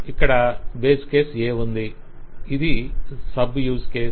ఇక్కడ base case A ఉంది ఇది సబ్ యూజ్ కేసు